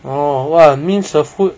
oh !wah! means the food